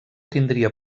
tindria